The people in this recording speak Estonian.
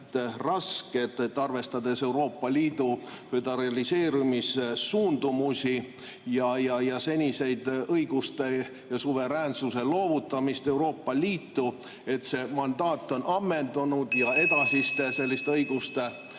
et arvestades Euroopa Liidu föderaliseerumise suundumusi ja senist õiguste ja suveräänsuse loovutamist Euroopa Liidule, on see mandaat ammendunud ja edasiste õiguste loovutamisel